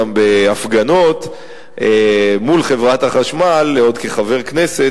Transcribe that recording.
בהפגנות מול חברת החשמל עוד כחבר הכנסת,